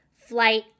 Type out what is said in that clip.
flight